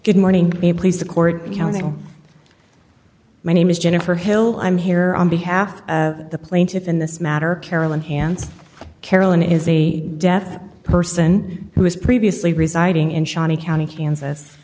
good morning may please the court counsel my name is jennifer hill i'm here on behalf of the plaintiff in this matter carolyn hands carolyn is a deaf person who was previously residing in shawnee county kansas